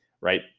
right